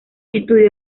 estudió